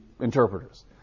interpreters